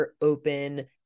open